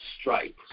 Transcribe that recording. Stripe